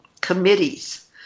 committees